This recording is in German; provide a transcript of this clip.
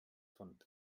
von